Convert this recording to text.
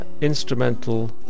instrumental